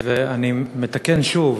ואני מתקן שוב,